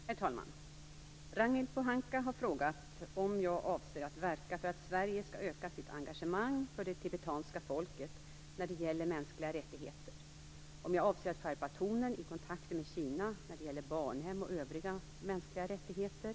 Herr talman! Ragnhild Pohanka har frågat mig om jag avser att verka för att Sverige skall öka sitt engagemang för det tibetanska folket när det gäller mänskliga rättigheter och om jag avser att skärpa tonen i kontakter med Kina när det gäller barnhem och övriga mänskliga rättigheter.